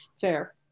Fair